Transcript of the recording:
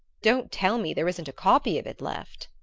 don't tell me there isn't a copy of it left!